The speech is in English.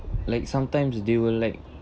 like sometimes they will like